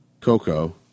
Coco